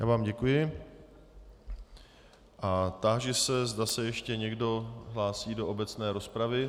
Já vám děkuji a táži se, zda se ještě někdo hlásí do obecné rozpravy.